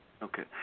Okay